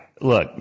look